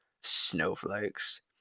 Snowflakes